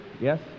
Yes